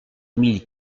mille